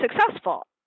successful